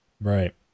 Right